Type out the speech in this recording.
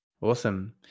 Awesome